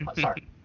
sorry